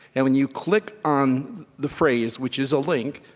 and when you click on the phrase, which is a link,